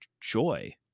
joy